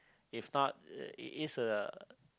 if not uh it is a